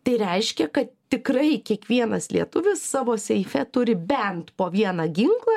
tai reiškia kad tikrai kiekvienas lietuvis savo seife turi bent po vieną ginklą